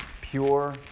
pure